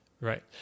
Right